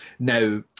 Now